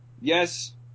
yes